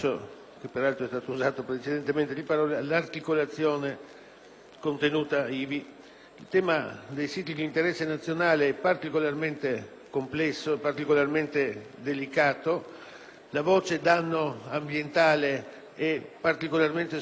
Il tema dei siti di interesse nazionale è particolarmente complesso e delicato. La voce "danno ambientale" è particolarmente sfumata in questa lettura che possiamo fare.